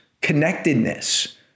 connectedness